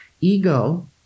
Ego